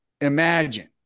imagine